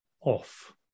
off